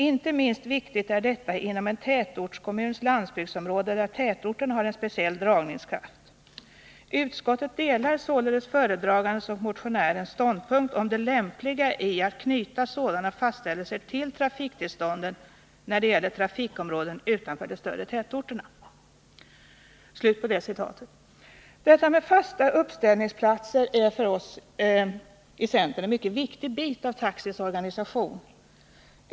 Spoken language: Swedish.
Inte minst viktigt är detta inom en tätortskommuns landsbygdsområde där tätorten har en speciell dragningskraft. Utskottet delar således föredragandens och motionärens ståndpunkt om det lämpliga i att knyta sådana fastställelser till trafiktillstånden när det gäller trafikområden utanför de större tätorternä Detta med fasta uppställningsplatser är för oss i centern en mycket viktig bit av taxis organisation.